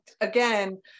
again